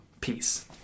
Peace